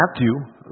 Matthew